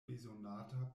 bezonata